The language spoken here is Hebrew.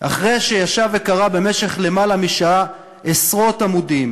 אחרי שישב וקרא במשך למעלה משעה עשרות עמודים